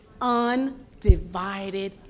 undivided